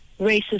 racist